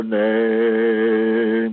name